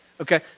Okay